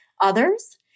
others